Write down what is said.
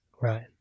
Right